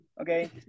okay